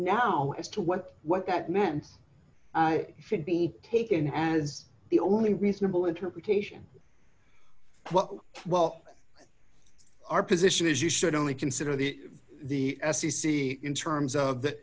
now as to what what that meant should be taken as the only reasonable interpretation well our position is you should only consider the the a c c in terms of the